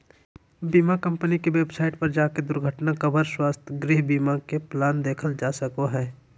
बीमा कम्पनी के वेबसाइट पर जाके दुर्घटना कवर, स्वास्थ्य, गृह बीमा के प्लान देखल जा सको हय